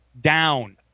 down